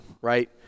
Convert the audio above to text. right